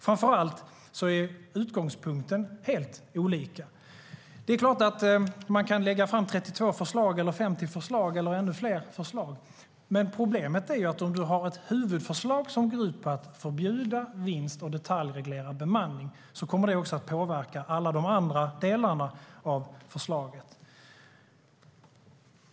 Framför allt är utgångspunkterna helt olika. Det är klart att man kan lägga fram 32, 50 eller ännu fler förslag, men problemet är att ett huvudförslag som går ut på att förbjuda vinst och detaljreglera bemanningen kommer att påverka alla de andra delarna av förslaget.